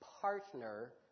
partner